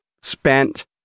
spent